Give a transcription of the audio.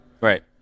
right